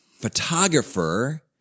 photographer